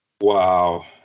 Wow